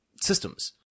systems